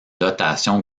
dotation